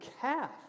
calf